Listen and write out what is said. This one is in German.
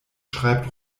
schreibt